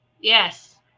yes